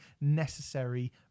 necessary